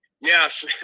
Yes